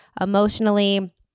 emotionally